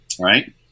Right